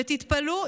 ותתפלאו,